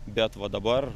bet va dabar